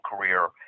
career